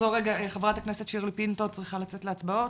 חברת הכנסת שירלי פינטו צריכה לצאת להצבעות.